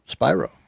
Spyro